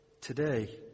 today